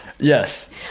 yes